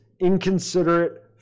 inconsiderate